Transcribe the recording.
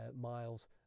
miles